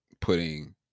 putting